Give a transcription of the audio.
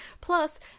Plus